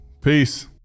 Peace